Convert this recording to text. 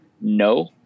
no